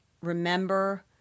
remember